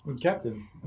Captain